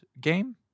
game